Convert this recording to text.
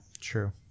true